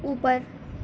اوپر